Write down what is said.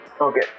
Okay